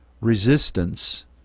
resistance